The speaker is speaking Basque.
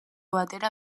batera